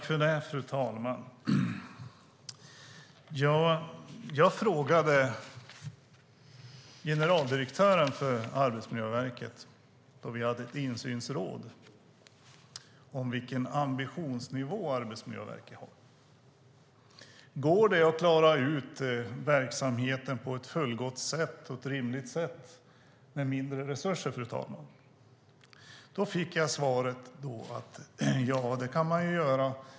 Fru talman! Jag frågade generaldirektören för Arbetsmiljöverket då vi hade ett insynsråd vilken ambitionsnivå Arbetsmiljöverket har. Jag undrade om det går att klara verksamheten på ett fullgott och rimligt sätt med mindre resurser. Jag fick svaret att det kan man göra.